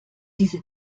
diese